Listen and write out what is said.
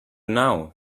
now